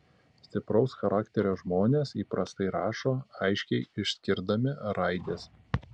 stipraus charakterio žmonės įprastai rašo aiškiai išskirdami raides